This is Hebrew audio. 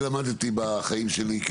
למדתי בחיים שלי,